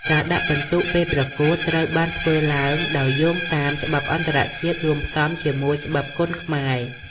ការដាក់ពិន្ទុពេលប្រកួត ត្រូវបានធ្វើឡើងដោយយោងតាមច្បាប់អន្តរជាតិរួមផ្សំជាមួយច្បាប់គុនខ្មែរ។